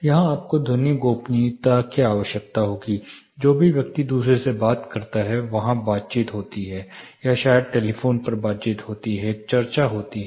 यहां आपको ध्वनिक गोपनीयता की आवश्यकता होगी जो भी व्यक्ति दूसरे से बात करता है वहां बातचीत होती है या शायद टेलीफोन पर बातचीत होती है एक चर्चा होती है